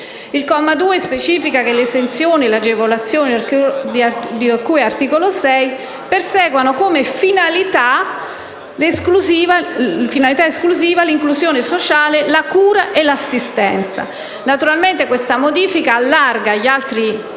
Il comma 2, specifica che l'esenzione e l'agevolazione di cui all'articolo 6 perseguono come finalità esclusiva l'inclusione sociale, la cura e l'assistenza. Naturalmente, questa modifica allarga agli altri